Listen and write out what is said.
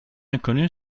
inconnue